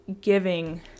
giving